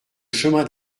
chemin